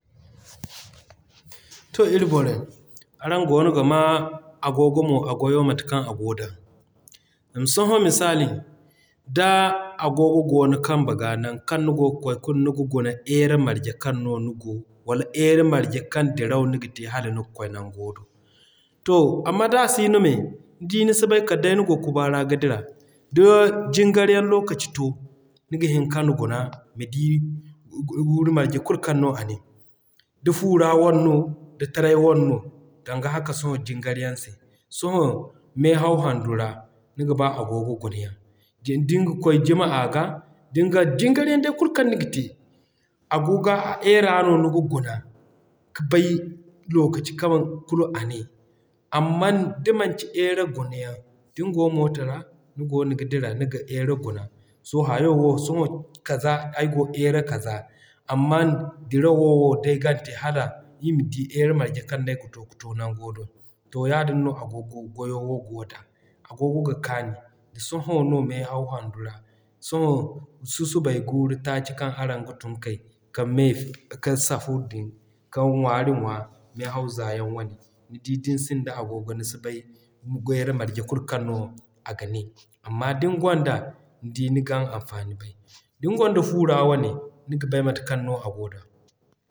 To Ir borey araŋ goono ga maa Agogo mo a gwayo mate kaŋ a goo da. Zama sohõ misali da Agogo goo ni kamba ga nan kaŋ ni goo kwaay kulu niga guna heura marje kaŋ no nigo wala heura marje kan diraw niga te hala niga kwaay nango do. To amma d'a siino me, din si bay kala day nigo kuba ra ka dira. Da jingar yaŋ lokaci to, niga hin kaŋ guna ma di guuru marje kulu kaŋ no a ne. Da fu ra wane no, da taray wane no danga haka sohõ jingar yaŋ se sohõ mehaw handu ra, niga ba Agogo guna yaŋ. juma'a ga, danga jingar yaŋ day kulu kaŋ niga te, Agoga heura no niga guna ka bay lokaci kaŋ kulu a ne. Amman da manci heura guna yaŋ din goo Mooto ra ni goono ga dira niga heura guna. Sohõ hayo wo sohõ kaza ay goo heura kaza amman diraw wo day gan te hala ii ma di heura marje kaŋ no ay ga te ka to nango do. To yaadin Agogo goyo goo da. Agogo ga kaani, sohõ no mehaw handu ra, sohõ susubay guuru taaci kaŋ araŋ ga tun kay ka me ka safur din, ka ŋwaari ŋwa mehaw za yaŋ wane, nidi din sinda Agogo ni si bay heura marje kulu kaŋ no a ga ne amma din gonda, nidi ni gan anfani bay. Din gonda Fu ra wane, niga bay mate kaŋ a goo da.